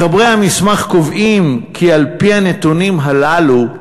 מחברי המסמך קובעים, כי על-פי הנתונים הללו,